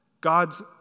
God's